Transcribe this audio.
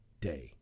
day